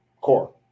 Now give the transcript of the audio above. core